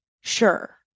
sure